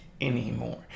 anymore